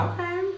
Okay